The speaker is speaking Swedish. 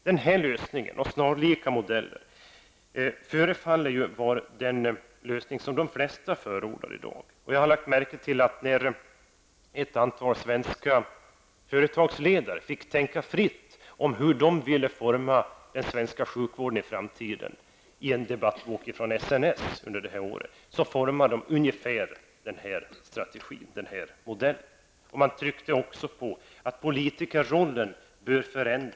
Denna eller snarlika lösningar förefaller att vara den modell som de flesta i dag förordar. Jag har lagt märke till att när ett antal svenska företagsledare i en bok från SNS fick tänka fritt om hur de ville forma den svenska sjukvården i framtiden, så förespråkade de ungefär den här modellen. De tryckte på att politikerrollen bör förändras.